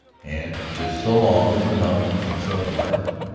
and just so long as the mountains themselves last,